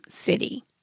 city